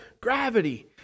gravity